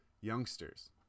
Youngsters